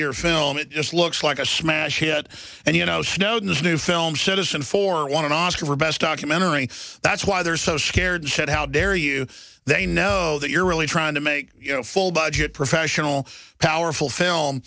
your film it just looks like a smash hit and you know snowden's new film citizen for want to oscar for best documentary that's why they are so scared said how dare you they know that you're really trying to make you know full budget professional powerful film